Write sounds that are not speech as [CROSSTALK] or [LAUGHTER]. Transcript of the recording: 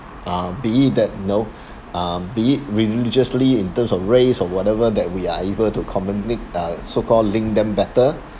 uh be it that you know [BREATH] uh be it religiously in terms of race or whatever that we are able to common link uh so-called link them better